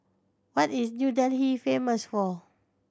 what is New Delhi famous for